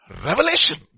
Revelation